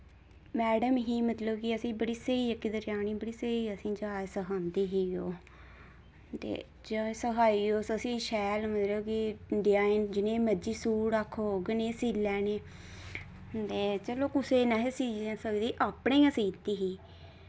madam ही मतलब कि असें बड़ी स्हेई इक दर्जैनी बड़ी स्हेई असें जाच सखांदी ही ओ ते जाच सखाई उस असें ई शैल मतलब कि डिजाइन जनेह् मर्जी सूट आखो उ'ऐ नेह् सी लैने ते चलो कुसै दे नेहे सी सकदी अपने गै सींदी ही